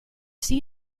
see